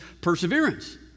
perseverance